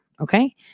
Okay